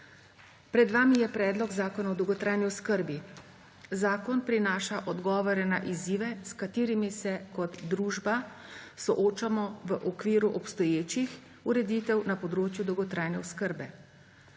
Pred vami je Predlog zakona o dolgotrajni oskrbi. Zakon prinaša odgovore na izzive, s katerimi se kot družba soočamo v okviru obstoječih ureditev na področju dolgotrajne oskrbe.